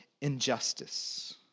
Injustice